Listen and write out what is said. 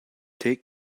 take